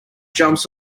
jumps